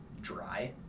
dry